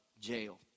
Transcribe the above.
jail